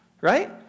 right